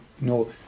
No